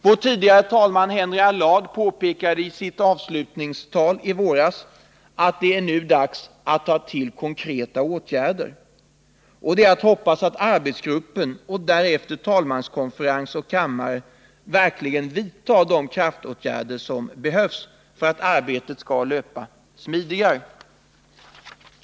Vår tidigare talman Henry Allard påpekade i sitt avslutningstal i våras att det nu är dags att vidta konkreta åtgärder. Det är att hoppas att arbetsgruppen och därefter talmanskonferens och kammare verkligen vidtar de kraftåtgärder som behövs för att arbetet skall löpa smidigare.